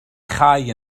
chau